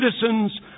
citizens